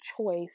choice